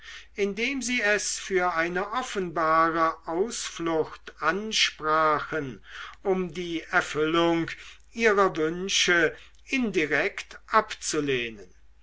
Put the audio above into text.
indem sie es für eine offenbare ausflucht ansprachen um die erfüllung ihrer wünsche indirekt abzulehnen